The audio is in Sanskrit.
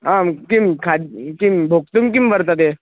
आं किं खाद् किं भोक्तुं किं वर्तते